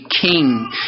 king